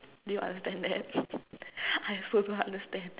do you understand that I also don't understand